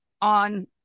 on